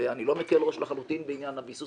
ואני לחלוטין לא מקל ראש בעניין הביסוס